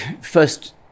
first